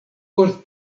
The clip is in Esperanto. por